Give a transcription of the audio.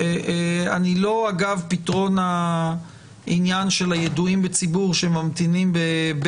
לא אגב פתרון העניין של הידועים בציבור שממתינים.